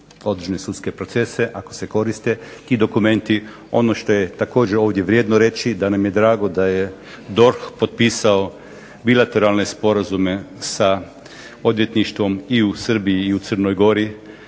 određene sudske procese ako se koriste i dokumenti. Ono što je također ovdje vrijedno reći da nam je drago da je DORH potpisao bilateralne sporazume sa odvjetništvom i u Srbiji i u Crnoj Gori,